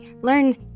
learn